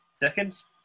Decades